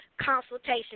Consultation